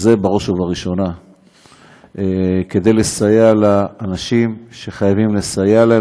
זה בראש ובראשונה כדי לסייע לאנשים שחייבים לסייע להם,